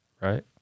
Right